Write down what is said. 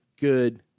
good